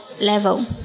level